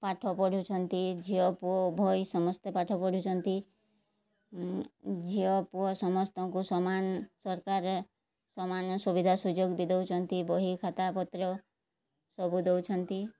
ପାଠ ପଢ଼ୁଛନ୍ତି ଝିଅ ପୁଅ ଉଭୟ ସମସ୍ତେ ପାଠ ପଢ଼ୁଛନ୍ତି ଝିଅ ପୁଅ ସମସ୍ତଙ୍କୁ ସମାନ ସରକାର ସମାନ ସୁବିଧା ସୁଯୋଗ ବି ଦେଉଛନ୍ତି ବହି ଖାତାପତ୍ର ସବୁ ଦେଉଛନ୍ତି